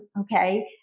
okay